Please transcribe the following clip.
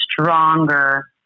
stronger